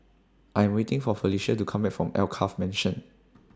I'm waiting For Felicia to Come Back from Alkaff Mansion